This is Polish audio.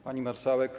Pani Marszałek!